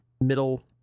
middle